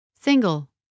Single